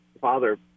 Father